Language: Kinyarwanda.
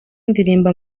ndirimba